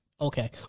Okay